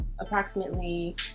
approximately